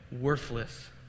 worthless